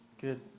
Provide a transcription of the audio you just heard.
Good